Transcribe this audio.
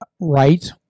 right